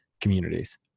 communities